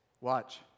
Watch